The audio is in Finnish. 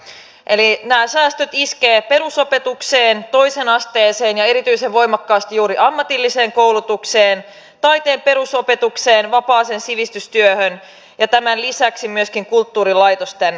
eli nämä säästöt iskevät perusopetukseen toiseen asteeseen ja erityisen voimakkaasti juuri ammatilliseen koulutukseen taiteen perusopetukseen vapaaseen sivistystyöhön ja tämän lisäksi myöskin kulttuurilaitosten toimintaan